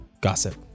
gossip